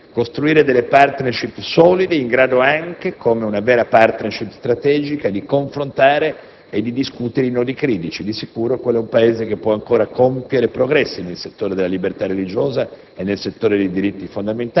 ed è nostro interesse costruire *partnership* solide in grado, come una vera *partnership* strategica, anche di confrontare e di discutere i nodi critici. La Libia è sicuramente un Paese che può ancora compiere progressi nel settore della libertà religiosa